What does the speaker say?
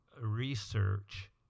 Research